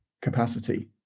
capacity